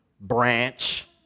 Branch